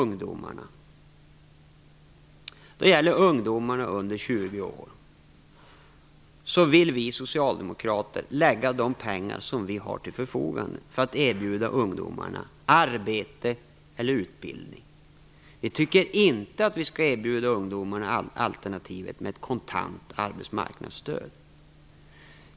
När det gäller ungdomar under 20 år vill vi socialdemokrater använda de pengar vi har till förfogande för att erbjuda arbete eller utbildning. Vi tycker inte att vi skall erbjuda ungdomarna ett kontant arbetsmarknadsstöd.